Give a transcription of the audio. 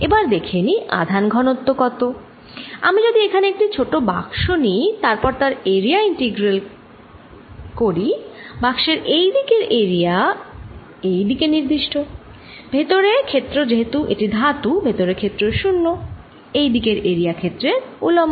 এবার দেখে নিই আধান ঘনত্ব কত আমি যদি এখানে একটি ছোট বাক্স নিই তারপর তার এরিয়া ইন্টিগ্রাল বাক্সের এই দিকের এরিয়া এই দিকে নির্দিষ্ট ভেতরে ক্ষেত্র যেহেতু এটি ধাতু ভেতরে ক্ষেত্র 0 এই দিকের এরিয়া ক্ষেত্রের উলম্ব